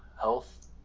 health